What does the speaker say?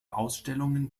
ausstellungen